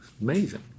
amazing